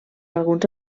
alguns